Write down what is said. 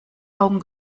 augen